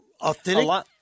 Authentic